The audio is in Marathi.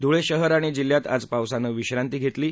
धुळे शहर आणि जिल्ह्यात आज पावसानं विश्रांती घेतली आहे